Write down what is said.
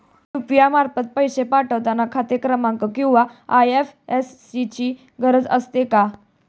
UPI मार्फत पैसे पाठवता खाते क्रमांक किंवा आय.एफ.एस.सी ची गरज असते का?